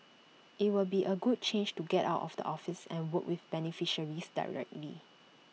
IT would be A good change to get out of the office and work with beneficiaries directly